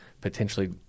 Potentially